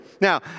Now